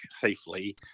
safely